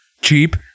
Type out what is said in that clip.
cheap